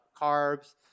carbs